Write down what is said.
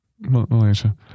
Malaysia